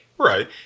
right